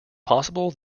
possible